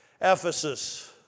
Ephesus